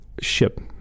ship